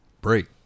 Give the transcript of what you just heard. Break